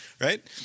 right